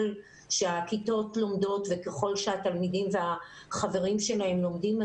שהכיתות לומדות וככל שהתלמידים והחברים שלהם לומדים,